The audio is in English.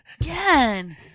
again